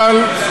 אבל,